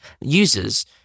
users